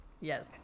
Yes